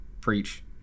preach